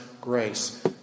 grace